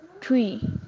tree